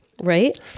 Right